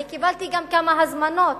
קיבלתי גם כמה הזמנות